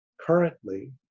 currently